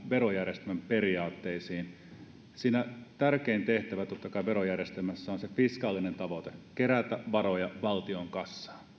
verojärjestelmän periaatteisiin verojärjestelmässä tärkein tehtävä totta kai on se fiskaalinen tavoite kerätä varoja valtion kassaan